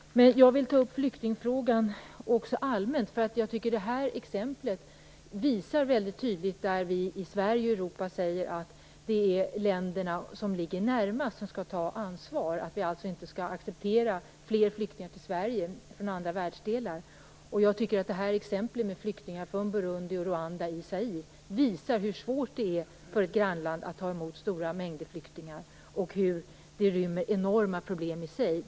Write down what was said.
Jag vill även ta upp flyktingfrågan allmänt. Jag tycker att det här exemplet väldigt tydligt visar hur vi i Sverige och Europa säger att det är länderna som ligger närmast som skall ta ansvar. Vi skall alltså inte acceptera fler flyktingar till Sverige från andra världsdelar. Jag tycker att exemplet med flyktingar från Burundi och Rwanda i Zaire visar hur svårt det är för ett grannland att ta emot stora mängder flyktingar och hur det rymmer enorma problem i sig.